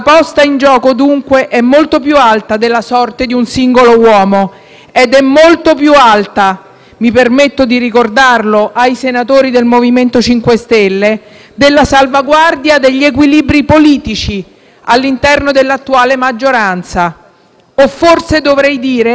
mi permetto di ricordarlo ai senatori del MoVimento 5 Stelle - della salvaguardia degli equilibri politici all'interno dell'attuale maggioranza o forse dovrei dire alla prosecuzione del sequestro politico dei 5 Stelle da parte della Lega.